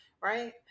right